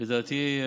לדעתי,